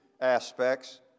aspects